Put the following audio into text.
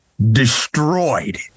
Destroyed